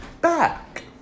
back